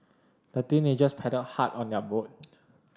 the teenagers paddled hard on their boat